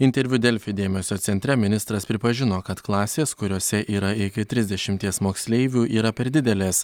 interviu delfi dėmesio centre ministras pripažino kad klasės kuriose yra iki trisdešimties moksleivių yra per didelės